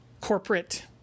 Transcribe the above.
corporate